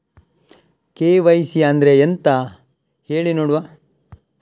KYC ಅಂದ್ರೆ ಎಂತ ಹೇಳಿ ನೋಡುವ?